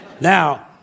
Now